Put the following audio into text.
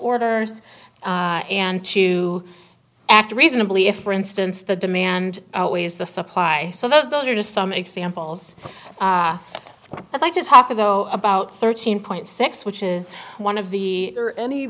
orders and to act reasonably if for instance the demand outweighs the supply so those those are just some examples i'd like to talk of though about thirteen point six which is one of the or any